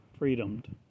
freedomed